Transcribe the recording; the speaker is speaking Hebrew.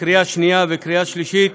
לקריאה שנייה וקריאה שלישית,